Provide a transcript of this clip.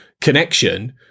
Connection